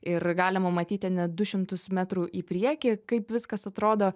ir galima matyti net du šimtus metrų į priekį kaip viskas atrodo